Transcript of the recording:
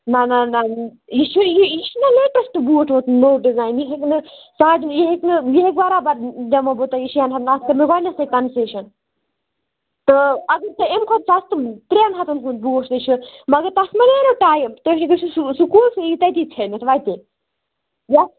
نہ نہ نہ یہٕ چھُ نہ لیٹٮ۪سٹ بوٗٹھ ووتمُت نوو ڈِزایِن یہٕ ہیکہِ نہٕ یہِ ہیکہِ بَرابر دِمو بہٕ تۄہہِ شٮ۪ن ہَتَن اَتھ کوٚر مےٚ گۄڈنٮ۪تھٕے کَنسیشَن تہٕ اگر تۄہہِ امہِ کھۄتہٕ سَستہٕ ترٛٮ۪ن ہَتَن ہُنٛد بوٗٹھ تہِ چھُ مگر تَتھ ما نیرِ ٹایِم تُہۍ گٕژھِو سکوٗل سُہ یٖی تَتیٖ ژھٮ۪نِتھ وَتہِ